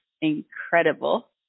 incredible